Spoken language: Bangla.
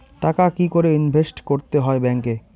টাকা কি করে ইনভেস্ট করতে হয় ব্যাংক এ?